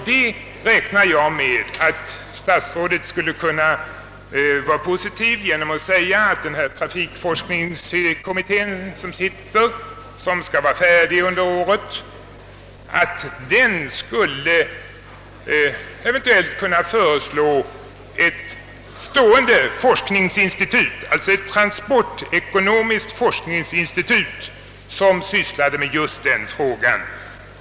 Jag räknade med att statsrådet skulle kunna vara positiv och säga att trafikforskningskommittén, som skall vara färdig med sin utredning under året, eventuellt skulle kunna föreslå ett ständigt forsknings institut, ett transportekonomiskt forskningsinstitut, som sysslar med just den frågan.